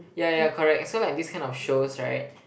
ya ya ya correct so like this kind of shows right